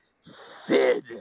Sid